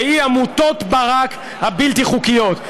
והיא עמותות ברק הבלתי-חוקיות.